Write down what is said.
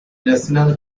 national